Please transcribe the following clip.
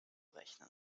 rechnen